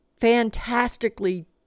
fantastically